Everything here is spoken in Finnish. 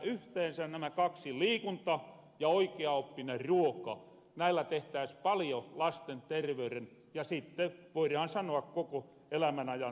yhteensä nämä kaksi liikunta ja oikiaoppinen ruoka näillä tehtäis paljo lasten terveyren ja sitten voirahan sanoa koko elämän ajan terveyren kannalta